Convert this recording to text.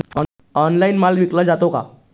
Online माल विकला जातो का?